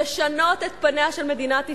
לשנות את פניה של מדינת ישראל,